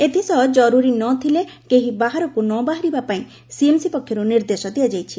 ଏଥିସହ ଜରୁରୀ ନ ଥିଲେ କେହି ବାହାରକୁ ନ ବାହାରିବା ପାଇଁ ସିଏମସି ପକ୍ଷରୁ ନିର୍ଦେଶ ଦିଆଯାଇଛି